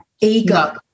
ego